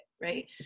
Right